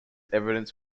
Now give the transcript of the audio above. evidence